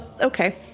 Okay